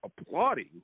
applauding